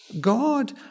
God